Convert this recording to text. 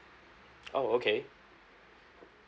oh okay